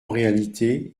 réalité